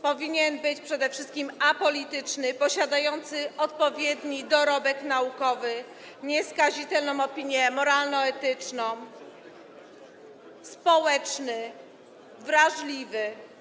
Powinien być przede wszystkim apolityczny, posiadać odpowiedni dorobek naukowy, nieskazitelną opinię moralno-etyczną, powinien być społeczny, wrażliwy.